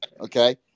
okay